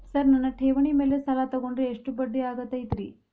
Sir ನನ್ನ ಠೇವಣಿ ಮೇಲೆ ಸಾಲ ತಗೊಂಡ್ರೆ ಎಷ್ಟು ಬಡ್ಡಿ ಆಗತೈತ್ರಿ?